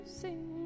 sing